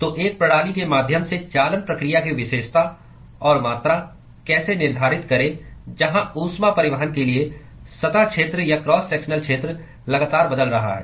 तो एक प्रणाली के माध्यम से चालन प्रक्रिया की विशेषता और मात्रा कैसे निर्धारित करें जहां ऊष्मा परिवहन के लिए सतह क्षेत्र या क्रॉस सेक्शनल क्षेत्र लगातार बदल रहा है